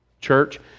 Church